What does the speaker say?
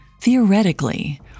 Theoretically